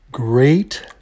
Great